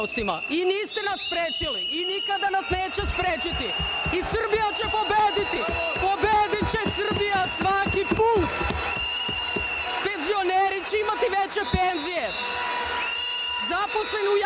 nas sprečili i nikada nas nećete sprečiti i Srbija će pobediti, pobediće Srbija svaki put, penzioneri će imati veće penzije, zaposleni u javnom